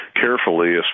carefully